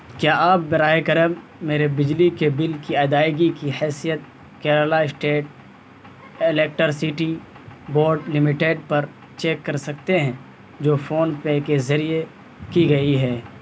کیا آپ براہ کرم میرے بجلی کے بل کی ادائیگی کی حیثیت Kerala state electricity board limited پر چیک کر سکتے ہیں جو فون پے کے ذریعے کی گئی ہے